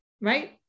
Right